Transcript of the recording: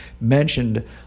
mentioned